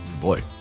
Boy